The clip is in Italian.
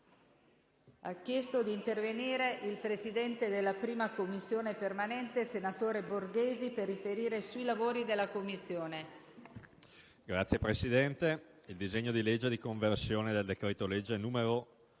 il disegno di legge di conversione del decreto-legge n.